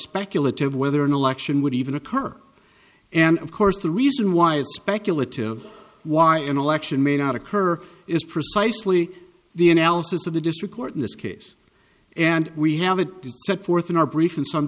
speculative whether an election would even occur and of course the reason why is speculative why an election may not occur is precisely the analysis of the district court in this case and we have it set forth in our brief in some